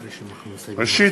ראשית,